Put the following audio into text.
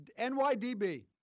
NYDB